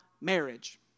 marriage